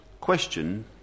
question